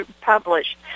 published